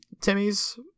Timmy's